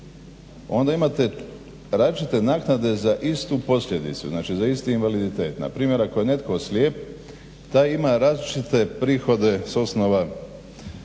onda imate različite naknade za istu posljedicu, znači za isti invaliditet. Na primjer ako je netko slijep taj ima različite prihode s osnova socijalne